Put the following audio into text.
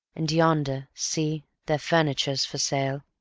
and yonder, see, their furniture's for sale.